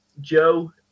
Joe